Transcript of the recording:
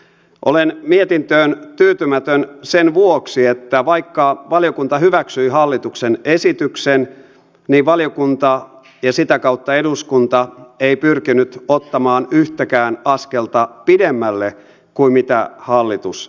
olen mietintöön tyytymätön sen vuoksi että vaikka valiokunta hyväksyi hallituksen esityksen niin valiokunta ja sitä kautta eduskunta ei pyrkinyt ottamaan yhtäkään askelta pidemmälle kuin mitä hallitus esitti